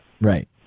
Right